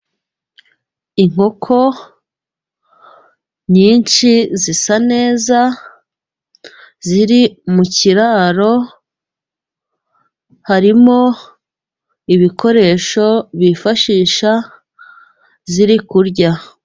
Inkoko nyinshi zisa neza ziri mu kiraro, harimo ibikoresho bifashisha ziri kurya.